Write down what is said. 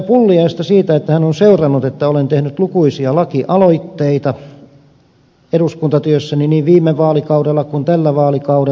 pulliaista siitä että hän on seurannut että olen tehnyt lukuisia lakialoitteita eduskuntatyössäni niin viime vaalikaudella kuin tällä vaalikaudella